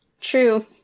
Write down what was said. True